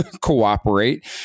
cooperate